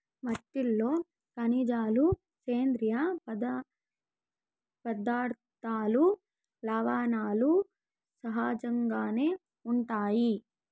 మట్టిలో ఖనిజాలు, సేంద్రీయ పదార్థాలు, లవణాలు సహజంగానే ఉంటాయి